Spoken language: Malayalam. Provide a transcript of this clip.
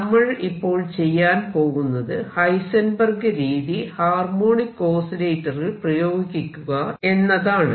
നമ്മൾ ഇപ്പോൾ ചെയ്യാൻ പോകുന്നത് ഹൈസെൻബെർഗ് രീതി ഹാർമോണിക് ഓസിലിലേറ്റർ ൽ പ്രയോഗിക്കുക എന്നതാണ്